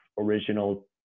original